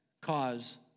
cause